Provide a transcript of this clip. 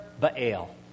Baal